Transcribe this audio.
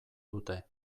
dute